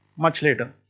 much later.